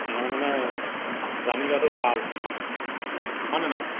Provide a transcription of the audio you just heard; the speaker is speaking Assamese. সেইকাৰণে মানে জানি লোৱাটো ভাল হয়নে নহয়